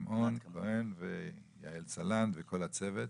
שמעון כהן ויעל סלנט וכל הצוות.